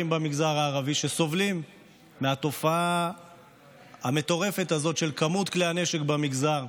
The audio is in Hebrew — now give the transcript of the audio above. במגזר הערבי שסובלים מהתופעה המטורפת הזאת של כמות כלי הנשק במגזר.